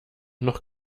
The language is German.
noch